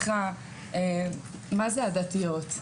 מה זה הדתיות?